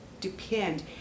depend